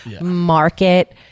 market